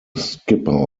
skipper